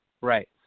Right